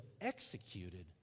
executed